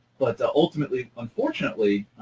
but ultimately, unfortunately,